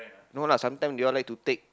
no lah sometime they all like to take